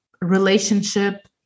relationship